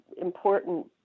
important